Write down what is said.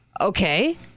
okay